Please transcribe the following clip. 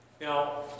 Now